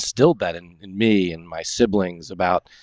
still bad and in me and my siblings about,